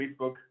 Facebook